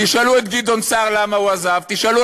תשאלו את גדעון סער למה הוא עזב,